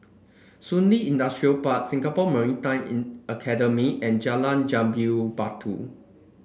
Shun Li Industrial Park Singapore Maritime in Academy and Jalan Jambu Batu